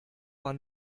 war